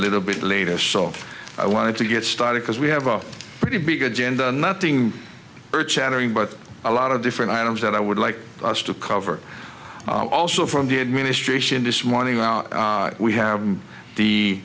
little bit later so i wanted to get started because we have a pretty big agenda nothing earth shattering but a lot of different items that i would like us to cover also from the administration this morning our we have